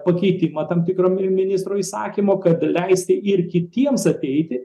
pakeitimą tam tikro ministro įsakymo kad leisti ir kitiems ateiti